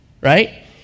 Right